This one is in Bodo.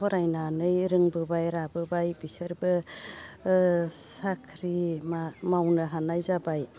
फरायनानै रोंबोबाय राबोबाय बिसोरबो ओ साख्रि मावनो हानाय जाबाय